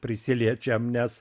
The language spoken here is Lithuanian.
prisiliečiam nes